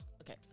Okay